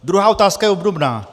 Druhá otázka je obdobná.